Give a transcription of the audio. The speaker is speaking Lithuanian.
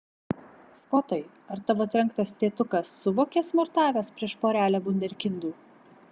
skotai ar tavo trenktas tėtukas suvokė smurtavęs prieš porelę vunderkindų